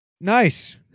Nice